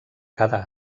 cada